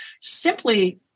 simply